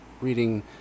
reading